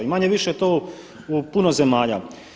I manje-više je to u puno zemlja.